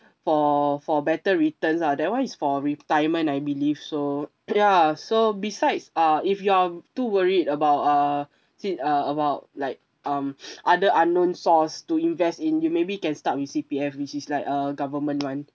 for for better returns ah that [one] is for retirement I believe so ya so besides uh if you're too worried about uh it uh about like um other unknown source to invest in you maybe can start with C_P_F which is like a government [one]